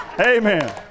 Amen